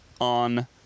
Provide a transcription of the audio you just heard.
on